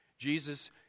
Jesus